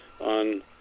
on